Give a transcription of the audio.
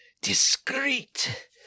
discreet